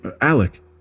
Alec